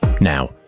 now